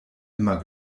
immer